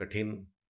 कठिन